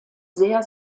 sehr